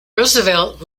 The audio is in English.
roosevelt